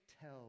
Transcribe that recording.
Tell